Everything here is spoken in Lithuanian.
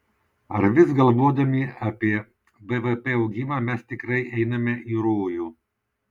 ar vis galvodami apie bvp augimą mes tikrai einame į rojų